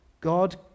God